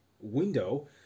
window